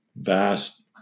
vast